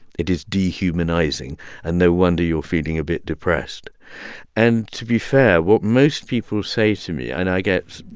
it is dehumanizing and no wonder you're feeling a bit depressed and to be fair, what most people say to me and i get